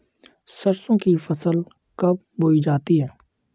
सरसों की फसल कब बोई जाती है?